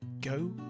go